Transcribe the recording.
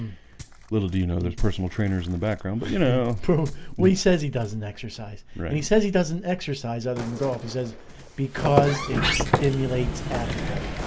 little do you know there's personal trainers in the background, but you know he says he doesn't exercise he says he doesn't exercise other than golf. he says because it stimulates appetite.